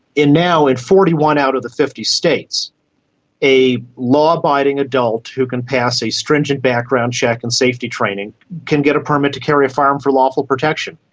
now in forty one out of the fifty states a law-abiding adult who can pass a stringent background check and safety training can get a permit to carry a firearm for lawful protection.